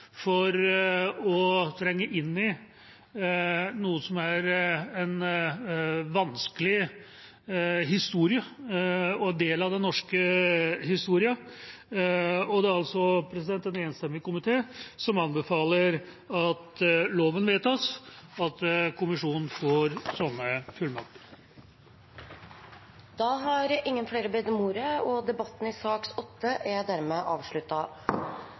for å trenge inn i noe som er en vanskelig historie, og en vanskelig del av den norske historien. Det er en enstemmig komité som anbefaler at loven vedtas, og at kommisjonen får slike fullmakter. Flere har ikke bedt om ordet til sak nr. 8. Flere enn ni av ti barn går i